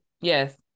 Yes